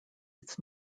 its